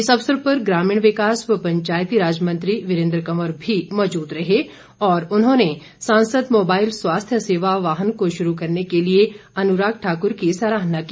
इस अवसर पर ग्रामीण विकास व पंचायती राज मंत्री वीरेन्द्र कंवर भी मौजूद रहे और उन्होंने सांसद मोबाईल स्वास्थ्य सेवा वाहन को शुरू करने के लिए अनुराग ठाकुर की सराहना की